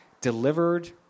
delivered